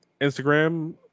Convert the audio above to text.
Instagram